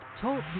Talk